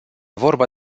vorba